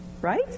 right